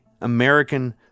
American